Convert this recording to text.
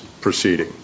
proceeding